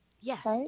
Yes